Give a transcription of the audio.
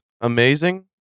amazing